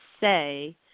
say